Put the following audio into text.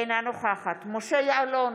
אינה נוכחת משה יעלון,